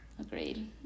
Agreed